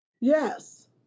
Yes